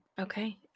Okay